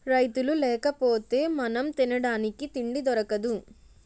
రైతులు లేకపోతె మనం తినడానికి తిండి దొరకదు